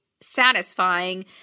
satisfying